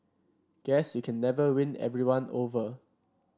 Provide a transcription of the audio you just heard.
guess you can never win everyone over